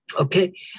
Okay